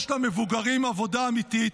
יש למבוגרים עבודה אמיתית,